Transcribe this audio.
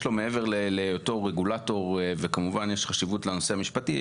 מעבר להיותו רגולטור וכמובן יש חשיבות לנושא המשפטי,